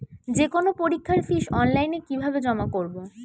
যে কোনো পরীক্ষার ফিস অনলাইনে কিভাবে জমা করব?